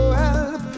help